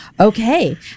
okay